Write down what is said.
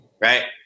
right